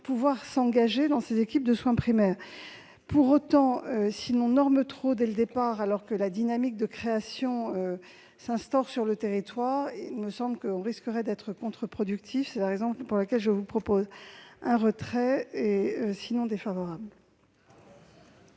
pouvoir s'engager dans ces équipes de soins primaires. Pour autant, à trop normer le dispositif dès le départ, alors que la dynamique de création s'instaure sur le territoire, on risquerait d'être contre-productif. C'est la raison pour laquelle je propose le retrait de cet amendement